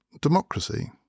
democracy